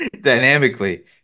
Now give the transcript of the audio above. dynamically